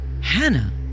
Hannah